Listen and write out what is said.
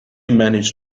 manage